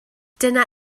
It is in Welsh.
dyna